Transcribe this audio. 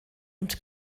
und